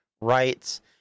rights